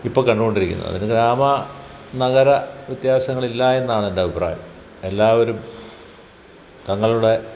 ഇപ്പോൾ കണ്ടു കൊണ്ടിരിക്കുന്നത് അതിന് ഗ്രാമ നഗര വ്യത്യാസങ്ങൾ ഇല്ല എന്നാണ് എൻ്റെ അഭിപ്രായം എല്ലാവരും തങ്ങളുടെ